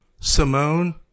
Simone